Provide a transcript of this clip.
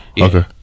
okay